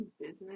business